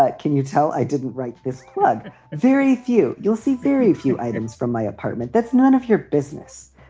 ah can you tell? i didn't write this club very few. you'll see very few items from my apartment. that's none of your business.